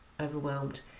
overwhelmed